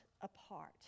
apart